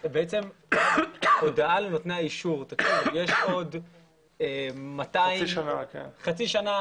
הודעה לנותני האישור שיש עוד חצי שנה,